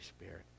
Spirit